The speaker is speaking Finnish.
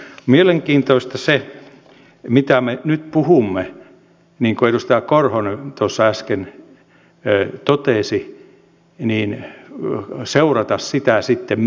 mielenkiintoista on sitä mitä me nyt puhumme niin kuin edustaja korhonen tuossa äsken totesi seurata sitten myöhemmin